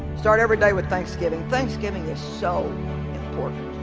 start every day with thanksgiving thanksgiving is so important